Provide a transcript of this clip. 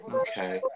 okay